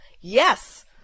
Yes